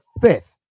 fifth